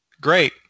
Great